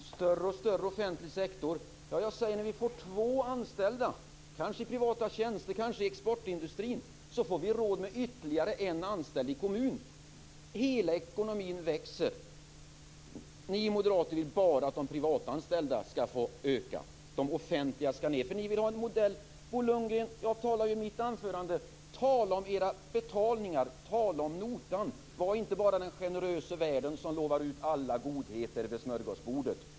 Fru talman! Vad gäller en allt större offentlig sektor vill jag säga: När det tillkommer två anställa, kanske i privata tjänster eller i exportindustrin, får vi råd med ytterligare en anställd i kommunen. Hela ekonomin växer. Ni moderater vill bara att de privatanställdas antal skall få öka medan de offentliganställda skall bli färre. Bo Lundgren! Jag talade i mitt anförande om notan för era betalningar. Var inte bara den generöse värden, som lovar ut alla godbitar vid smörgåsbordet!